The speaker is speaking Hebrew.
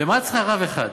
למה את צריכה רב אחד?